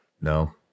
No